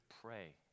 pray